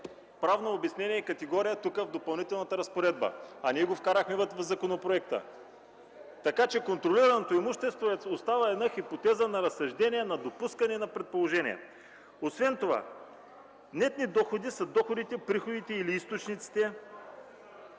правно обяснение и категория в Допълнителната разпоредба, а ние го вкарахме в законопроекта. Контролираното имущество си остава една хипотеза на разсъждение, на допускане, на предположение. Освен това нетни доходи са доходите, приходите или източниците